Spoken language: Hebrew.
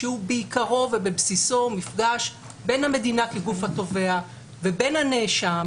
שהוא בעיקרו ובבסיסו מפגש בין המדינה כגוף התובע ובין הנאשם,